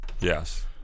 yes